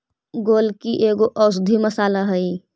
गोलकी एगो औषधीय मसाला हई